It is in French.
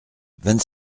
vingt